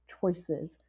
choices